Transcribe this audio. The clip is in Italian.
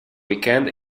weekend